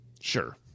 Sure